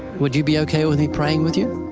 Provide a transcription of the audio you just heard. would you be okay with me praying with you?